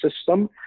system